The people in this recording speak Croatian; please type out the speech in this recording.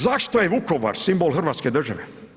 Zašto je Vukovar simbol hrvatske države?